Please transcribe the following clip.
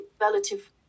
relative